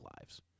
lives